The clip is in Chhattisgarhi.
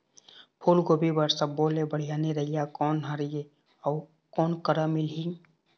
फूलगोभी बर सब्बो ले बढ़िया निरैया कोन हर ये अउ कोन करा मिलही?